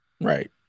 Right